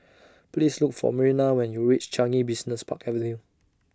Please Look For Myrna when YOU REACH Changi Business Park Avenue